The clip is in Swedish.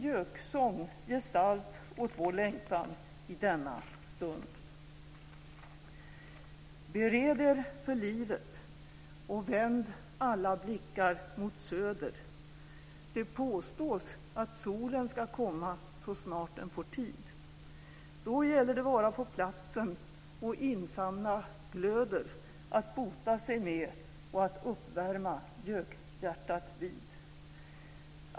Göksång gestalt åt vår längtan i denna stund: Bered er för livet och vänd alla blickar mot söder det påstås att solen skall komma så snart den får tid. Då gäller det vara på platsen och insamla glöder att bota sig med och att uppvärma gökhjärtat vid.